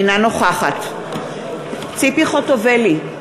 אינה נוכחת ציפי חוטובלי,